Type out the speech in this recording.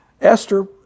Esther